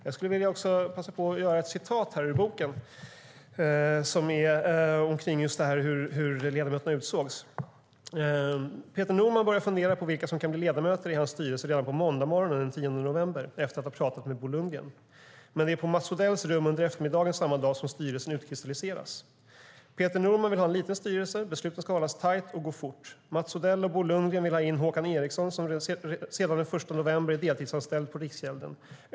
Jag skulle också vilja passa på att citera ur boken kring just detta hur ledamöterna utsågs: "Peter Norman börjar fundera på vilka som kan bli ledamöter i hans styrelse redan på måndagsmorgonen den 10 november efter att ha pratat med Bo Lundgren. Men det är på Mats Odells rum under eftermiddagen samma dag som styrelsen utkristalliseras . Peter Norman vill ha en liten styrelse. Besluten ska hållas tight och gå fort. Mats Odell och Bo Lundgren vill ha in Håkan Erixon som sedan den första november är deltidsanställd på Riksgälden.